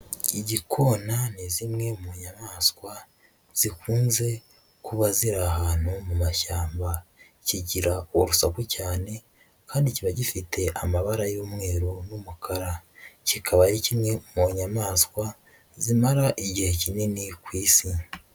Igikona ni zimwe mu nyamaswa zikunze kuba ziri ahantu mu mashyamba, kigira urusaku cyane kandi kiba gifite amabara y'umweru n'umukara, kikaba ari kimwe mu nyamaswa zimara igihe kinini ku isi.